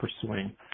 pursuing